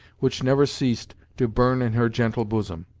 which never ceased to burn in her gentle bosom.